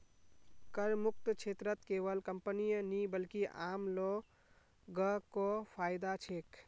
करमुक्त क्षेत्रत केवल कंपनीय नी बल्कि आम लो ग को फायदा छेक